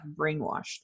brainwashed